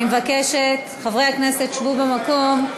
אני מבקשת, חברי הכנסת, שבו במקום.